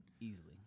Easily